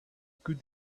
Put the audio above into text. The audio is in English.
could